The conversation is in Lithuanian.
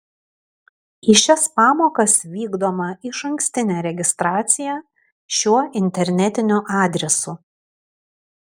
į šias pamokas vykdoma išankstinė registracija šiuo internetiniu adresu